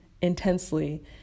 intensely